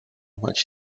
much